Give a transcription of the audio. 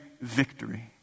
victory